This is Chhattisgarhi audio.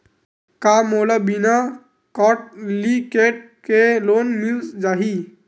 का मोला बिना कौंटलीकेट के लोन मिल जाही?